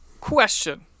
Question